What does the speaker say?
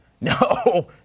No